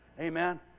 Amen